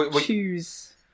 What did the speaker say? choose